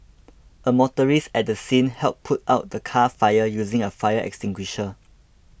a motorist at the scene helped put out the car fire using a fire extinguisher